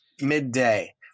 midday